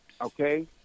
Okay